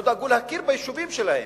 לא דאגו להכיר ביישובים שלהם.